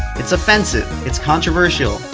it's offensive. it's controversial.